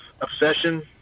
obsession